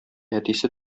әтисе